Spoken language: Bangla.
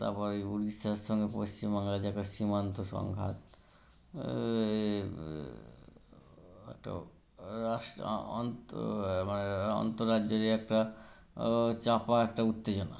তারপরে এই উড়িষ্যার সঙ্গে পশ্চিম বাংলার যে একটা সীমান্ত সংঘাত একটা রাষ্ট্র অন্ত মানে আন্তঃরাজ্য যে একটা চাপা একটা উত্তেজনা